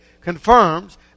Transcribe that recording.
confirms